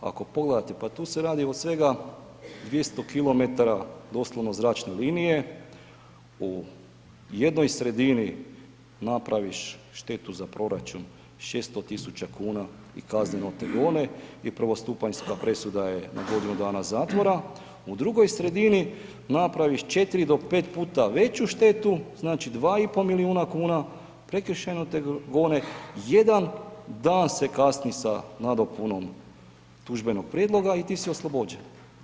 Ako pogledate, pa tu se radi o svega 200 km doslovno zračne linije, u jednoj sredini napraviš štetu za proračun 600 000 i kazneno te gone i prvostupanjska presuda je na godinu dana zatvora u drugoj sredini napraviš 4 do 5 puta veću štetu, znači 2,5 milijuna, prekršajno te gone, jedan dan se kasni sa nadopunom tužbenog prijedloga i ti si oslobođen.